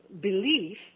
belief